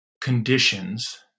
conditions